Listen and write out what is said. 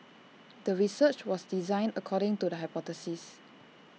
the research was designed according to the hypothesis